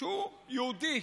שהוא יהודי,